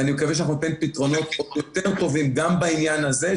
ואני מקווה שאנחנו ניתן פתרונות יותר טובים גם בעניין הזה,